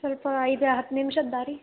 ಸ್ವಲ್ಪ ಐದು ಹತ್ತು ನಿಮ್ಷದ ದಾರಿ